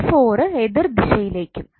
𝑖4 എതിർ ദിശയിലേക്കും